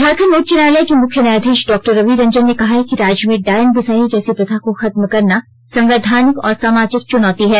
झारखण्ड उच्च न्यायालय के मुख्य न्यायाधीश डॉक्टर रवि रंजन ने कहा है कि राज्य में डायन बिसाही जैसी प्रथा को खत्म करना संवैधानिक और सामाजिक चुनौती है